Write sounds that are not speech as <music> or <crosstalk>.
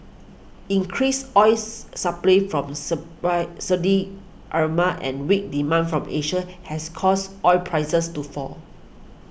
increased oil supply from <unintelligible> Saudi <unintelligible> and weak demand from Asia has caused oil prices to fall